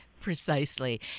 Precisely